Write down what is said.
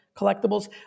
collectibles